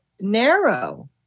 narrow